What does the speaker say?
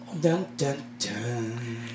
Dun-dun-dun